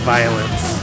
Violence